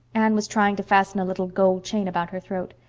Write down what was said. anne was trying to fasten a little gold chain about her throat.